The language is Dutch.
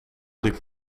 liep